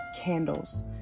candles